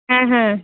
হ্যাঁ হ্যাঁ